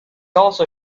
also